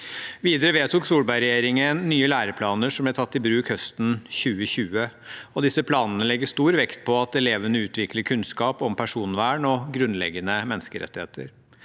Videre vedtok Solberg-regjeringen nye læreplaner som ble tatt i bruk høsten 2020. Disse planene legger stor vekt på at elevene utvikler kunnskap om personvern og grunnleggende menneskerettigheter.